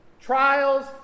Trials